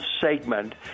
segment